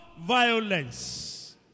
Violence